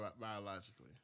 biologically